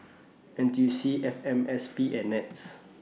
N T U C F M S P and Nets